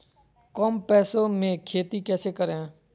कम पैसों में खेती कैसे करें?